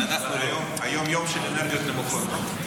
היום יום של אנרגיות נמוכות.